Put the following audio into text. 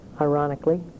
ironically